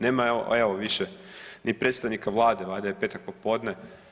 Nema evo više ni predstavnika Vlade valjda je petak popodne.